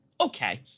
Okay